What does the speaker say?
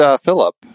Philip